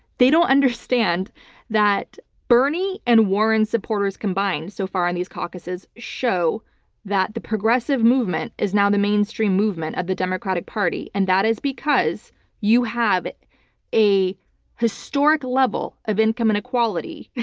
they don't understand that bernie and warren supporters combined so far on these caucuses show that the progressive movement is now the mainstream movement of the democratic party and that is because you have a historic level of income inequality.